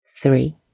three